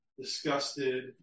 disgusted